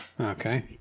Okay